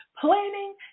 Planning